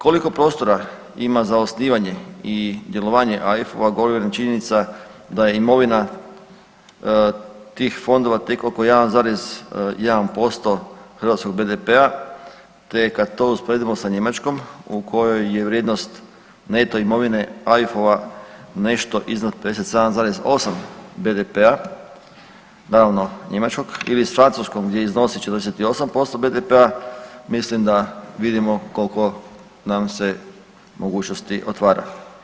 Koliko prostora ima za osnivanje i djelovanje AIF-a govori nam činjenica da je imovina tih fondova tek oko 1,1% hrvatskog BDP-a te kad to usporedimo sa Njemačkom u kojoj je vrijednost neto imovine AIF-ova nešto iznad 57,8% BDP-a naravno njemačkog ili s Francuskom gdje iznosi 48% BDP-a mislim da vidimo koliko nam se mogućnosti otvaraju.